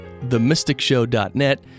themysticshow.net